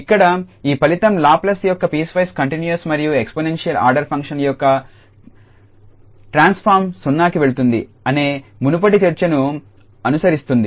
ఇక్కడ ఈ ఫలితం లాప్లేస్ ఒక పీస్వైస్ కంటిన్యూస్ మరియు ఎక్స్పోనెన్షియల్ ఆర్డర్ ఫంక్షన్ యొక్క ట్రాన్స్ఫార్మ్ 0కి వెళుతుంది అనే మునుపటి చర్చను అనుసరిస్తుంది